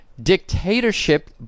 Dictatorship